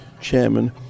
Chairman